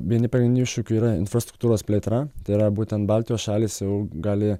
vieni pagrindinių iššūkių yra infrastruktūros plėtra tai yra būtent baltijos šalys jau gali